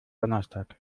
donnerstag